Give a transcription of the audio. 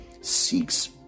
seeks